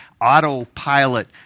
autopilot